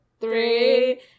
three